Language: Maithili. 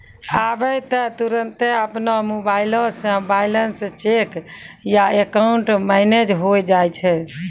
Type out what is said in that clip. आबै त तुरन्ते अपनो मोबाइलो से बैलेंस चेक या अकाउंट मैनेज होय जाय छै